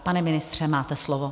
Pane ministře, máte slovo.